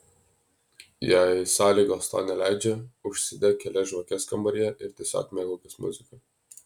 jei sąlygos to neleidžia užsidek kelias žvakes kambaryje ir tiesiog mėgaukis muzika